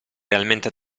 realmente